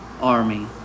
army